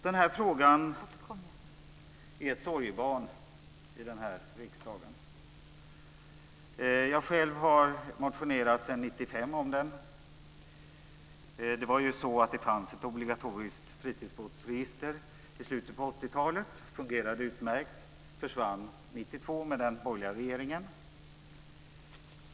Denna fråga är ett sorgebarn i den här riksdagen. Jag själv har motionerat om den sedan 1995. Det fanns ett obligatorisk fritidsbåtsregister i slutet på 1980-talet som fungerade utmärkt. Det försvann 1992 i och med den borgerliga regeringen.